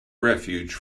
refuge